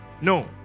No